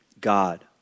God